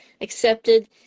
accepted